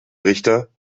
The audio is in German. richter